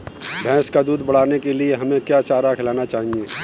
भैंस का दूध बढ़ाने के लिए हमें क्या चारा खिलाना चाहिए?